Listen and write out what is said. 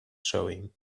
showing